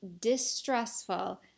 distressful